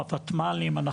ב-ותמ"לים,